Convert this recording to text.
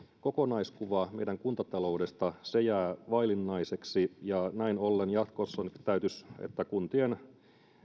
kokonaiskuva meidän kuntataloudesta jää vaillinaiseksi ja näin ollen jatkossa täytyisi huolehtia siitä että kuntien